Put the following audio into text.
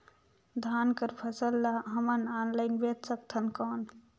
धान कर फसल ल हमन ऑनलाइन बेच सकथन कौन?